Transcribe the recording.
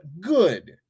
good